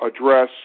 address